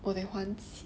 我得还